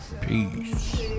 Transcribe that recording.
Peace